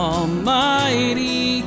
Almighty